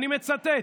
ואני מצטט: